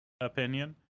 opinion